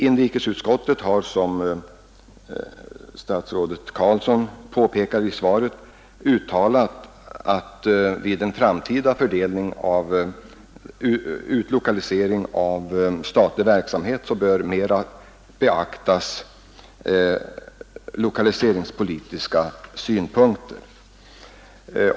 Inrikesutskottet har som statsrådet Carlsson påpekar i svaret uttalat, att lokaliseringspolitiska synpunkter mera bör beaktas vid en framtida utlokalisering av statlig verksamhet.